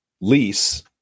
lease